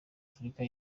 afurika